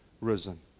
risen